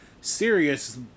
serious